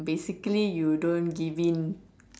basically you don't give in